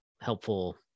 helpful